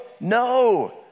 No